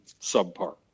subpar